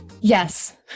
yes